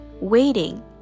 waiting